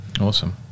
Awesome